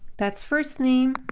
that's first name,